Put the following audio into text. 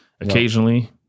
occasionally